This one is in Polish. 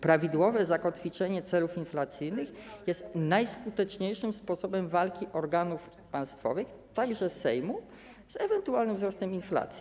Prawidłowe zakotwiczenie celów inflacyjnych jest najskuteczniejszym sposobem walki organów państwowych, także Sejmu, z ewentualnym wzrostem inflacji.